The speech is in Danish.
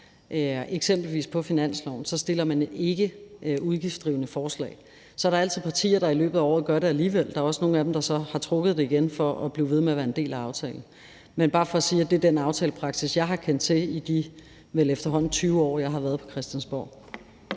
eksempelvis finansloven, stiller man ikke udgiftsdrivende forslag. Så er der altid partier, der i løbet af året gør det alligevel, og der er også nogle af dem, der så trækker dem igen for at blive ved med at være en del af aftalen. Men det er bare for at sige, at det er den aftalepraksis, jeg har kendt til i de vel efterhånden 20 år, jeg har været på Christiansborg.